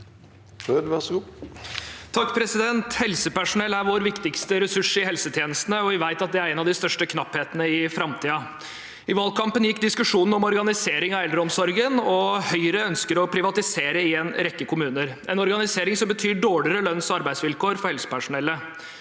(A) Helsepersonell er vår viktigste ressurs i helsetjenestene, og vi vet at det er en av de største knapphetene i framtida. I valgkampen gikk diskusjonen om organisering av eldreomsorgen. Høyre ønsker å privatisere i en rekke kommuner – en organisering som betyr dårligere lønns- og arbeidsvilkår for helsepersonellet.